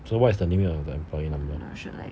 so what's the limit of the employee number